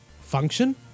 function